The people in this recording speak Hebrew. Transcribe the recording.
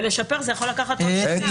אבל לשפר יכול לקחת עוד שנה.